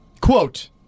quote